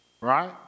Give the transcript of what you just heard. right